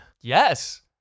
Yes